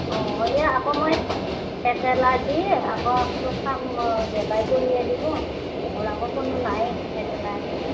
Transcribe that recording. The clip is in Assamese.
অ' ইয়ে আকৌ মই এলাৰ্জী আকৌ কৰিয়ে দিব মোৰ আকৌ কোনো নায়েই একেলা একেলা